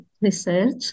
research